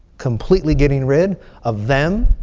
completely getting rid of them,